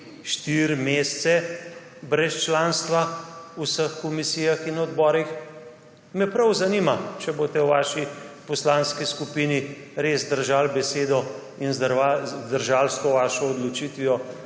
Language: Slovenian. štiri mesece brez članstva v vseh komisijah in odborih? Me prav zanima, če boste v vaši poslanski skupini res držali besedo in zdržali s to svojo odločitvijo